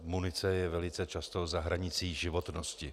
Munice je velice často za hranicí životnosti.